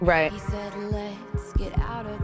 Right